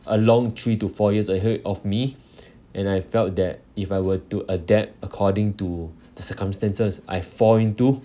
a long three to four years ahead of me and I felt that if I were to adapt according to the circumstances I fall into